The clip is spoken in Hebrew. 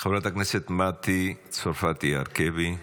חברת הכנסת מטי צרפתי הרכבי,